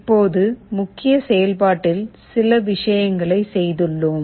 இப்போது முக்கிய செயல்பாட்டில் சில விஷயங்களைச் செய்துள்ளோம்